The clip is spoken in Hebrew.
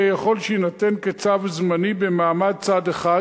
יכול שיינתן כצו זמני במעמד צד אחד,